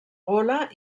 gola